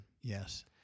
Yes